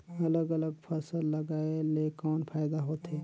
अलग अलग फसल लगाय ले कौन फायदा होथे?